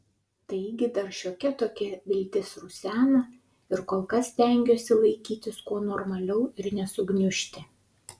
taigi dar šiokia tokia viltis rusena o kol kas stengiuosi laikytis kuo normaliau ir nesugniužti